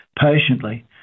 patiently